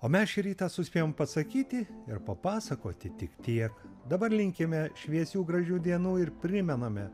o mes šį rytą suspėjom pasakyti ir papasakoti tik tiek dabar linkime šviesių gražių dienų ir primename